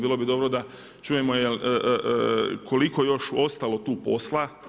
Bilo bi dobro da čujemo koliko je još ostalo tu posla.